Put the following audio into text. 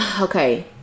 okay